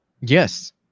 Yes